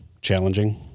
challenging